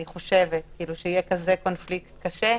אני חושבת, שיהיה כזה קונפליקט קשה,